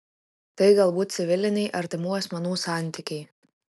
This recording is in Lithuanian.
tai galbūt civiliniai artimų asmenų santykiai